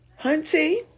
hunty